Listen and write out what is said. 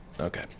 Okay